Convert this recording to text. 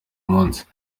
munsi